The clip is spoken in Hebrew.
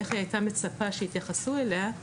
איך היא הייתה מצפה שיתייחסו אליה,